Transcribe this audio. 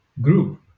group